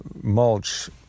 mulch